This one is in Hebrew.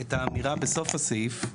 את האמירה בסוף הסעיף,